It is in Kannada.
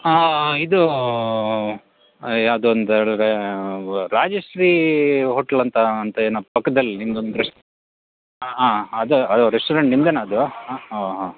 ಹಾಂ ಇದು ಯಾವುದು ಅಂತ ಹೇಳಿದರೆ ವ ರಾಜಶ್ರೀ ಹೋಟ್ಲಂತ ಅಂತೇನೊ ಪಕ್ದಲ್ಲಿ ನಿಮ್ದೊಂದು ರೆಸ್ಟ್ ಹಾಂ ಹಾಂ ಅದ ಅದು ರೆಸ್ಟೋರೆಂಟ್ ನಿಮ್ದೆನಾ ಅದು ಹಾಂ ಹಾಂ ಹಾಂ